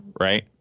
right